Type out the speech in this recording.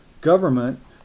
government